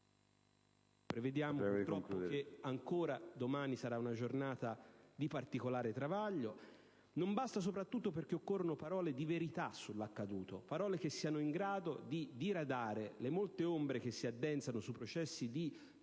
Prevediamo purtroppo che ancora domani sarà una giornata di particolare travaglio. Non basta soprattutto perché occorrono parole di verità sull'accaduto, che siano in grado di diradare le molte ombre che si addensano sui processi di